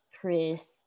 Chris